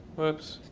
whoops.